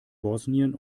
bosnien